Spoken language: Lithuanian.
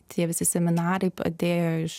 tie visi seminarai padėjo iš